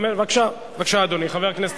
בבקשה, אדוני, חבר הכנסת